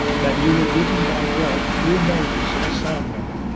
that you were given by god, through moses at sinai,